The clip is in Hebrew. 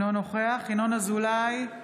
אינו נוכח ינון אזולאי,